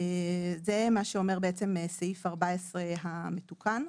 זה מה שאומר סעיף 14 המתוקן.